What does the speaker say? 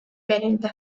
verildi